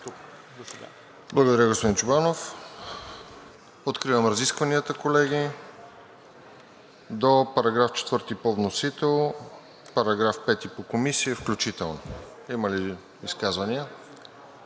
Благодаря, господин Чобанов. Откривам разискванията, колеги, до § 4 по вносител, § 5 по Комисия – включително. Има ли изказвания?